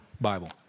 Bible